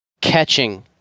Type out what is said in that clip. catching